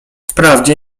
wprawdzie